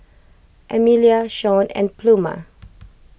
Emelia Shaun and Pluma